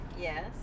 Yes